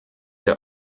der